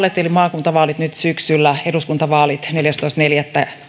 kolmet vaalit eli maakuntavaalit nyt syksyllä eduskuntavaalit neljästoista neljättä